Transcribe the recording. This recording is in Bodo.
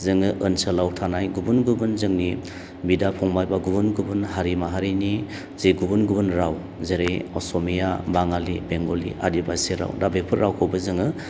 जोङो ओनसोलाव थानाय गुबुन गुबुन जोंनि बिदा फंबाइ बा गुबुन गुबुन हारि माहारिनि जे गुबुन गुबुन राव जेरै असमिया बाङालि बेंगलि आदिबासि राव दा बेफोर रावखौबो जोङो